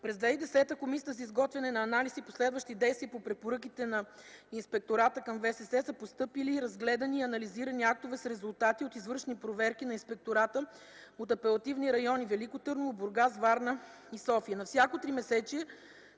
През 2010 г. в Комисията за изготвяне на анализ и последващи действия по препоръките на Инспектората към ВСС са постъпили, разгледани и анализирани актове с резултати от извършени проверки на инспектората от апелативни райони В.Търново, Бургас, Варна и София. На всяко тримесечие